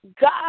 God